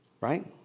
right